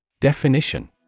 Definition